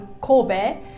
Kobe